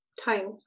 time